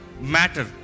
matter